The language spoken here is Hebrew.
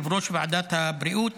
יושב-ראש ועדת הבריאות,